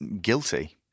guilty